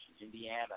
Indiana